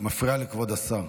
את מפריעה לכבוד השר.